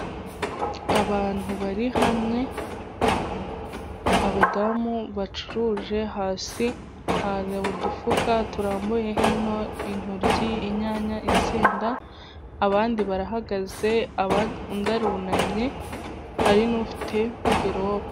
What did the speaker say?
Abantu bari hamwe, abadamu bacuruje hasi hari udufuka turambuyeho intoryi, inyanya, insenda, abandi barahagaze undi arunamye, hari n'ufite mvelope.